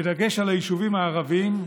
בדגש על היישובים הערביים,